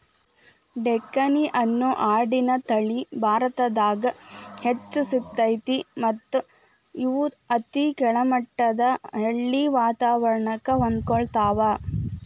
ಡೆಕ್ಕನಿ ಅನ್ನೋ ಆಡಿನ ತಳಿ ಭಾರತದಾಗ್ ಹೆಚ್ಚ್ ಸಿಗ್ತೇತಿ ಮತ್ತ್ ಇವು ಅತಿ ಕೆಳಮಟ್ಟದ ಹಳ್ಳಿ ವಾತವರಣಕ್ಕ ಹೊಂದ್ಕೊತಾವ